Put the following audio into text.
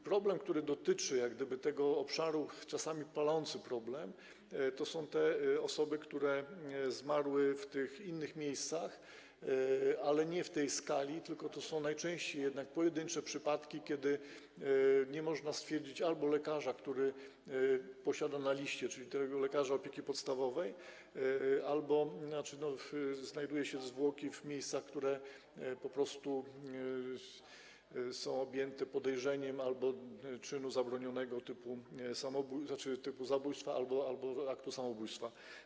Problem, który dotyczy tego obszaru, czasami palący problem, to są te osoby, które zmarły w tych innych miejscach, ale nie w tej skali, tylko to są najczęściej jednak pojedyncze przypadki, kiedy nie można stwierdzić albo lekarza, który posiada na liście, czyli tego lekarza opieki podstawowej, albo znajduje się zwłoki w miejscach po prostu objętych podejrzeniem albo czynu zabronionego typu zabójstwa, albo aktu samobójstwa.